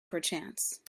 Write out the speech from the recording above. perchance